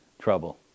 trouble